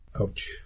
Ouch